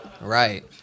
Right